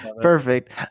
perfect